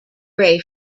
gray